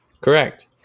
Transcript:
Correct